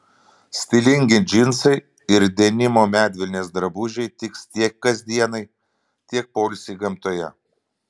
stilingi džinsai ir denimo medvilnės drabužiai tiks tiek kasdienai tiek poilsiui gamtoje